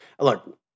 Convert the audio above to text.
look